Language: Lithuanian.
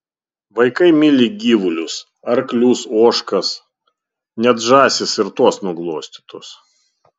vaikai myli gyvulius arklius ožkas net žąsys ir tos nuglostytos